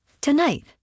Tonight